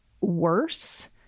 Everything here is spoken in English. worse